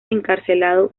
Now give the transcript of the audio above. encarcelado